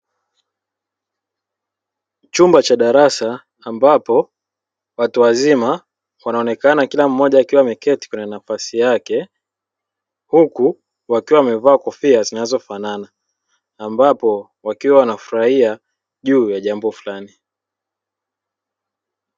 Chumba cha darasa ambapo watu wazima wanaonekana kila mmoja akiwa ameketi kwenye nafasi yake. Huku wakiwa wamevaa kofia zinazofanana, ambapo wakiwa wanafurahia juu ya jambo fulani.